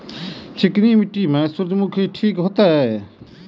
चिकनी मिट्टी में सूर्यमुखी ठीक होते?